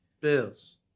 bills